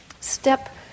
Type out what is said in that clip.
step